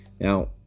now